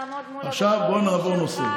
עכשיו הוא נפל לחצי שנה.